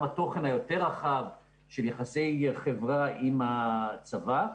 התוכן היותר-רחב של יחסי חברה עם הצבא,